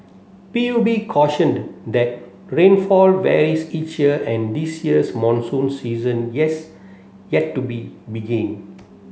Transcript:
P U B cautioned that rainfall varies each year and this year's monsoon season yes yet to be begin